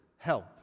help